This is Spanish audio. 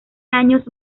años